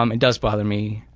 um it does bother me.